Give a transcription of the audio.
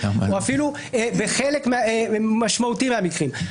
או אפילו בחלק משמעותי מהמקרים,